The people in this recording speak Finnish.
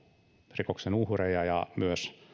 rikoksen uhreja ja myös